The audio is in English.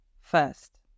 first